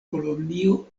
kolonio